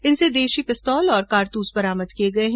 इनसे देशी पिस्तौल और कारतूस बरामद किए गए हैं